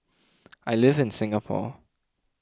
I live in Singapore